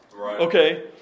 okay